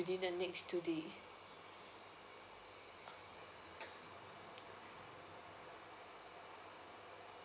within the next two day